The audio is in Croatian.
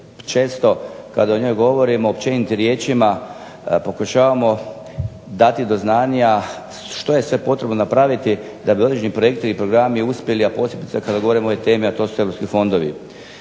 često kada o njoj govorimo općenitim riječima želimo dati do znanja što je sve potrebno napraviti da određeni projekti bi uspjeli ili programi, a posebice kada govorimo o ovoj temi a to su Europski fondovi.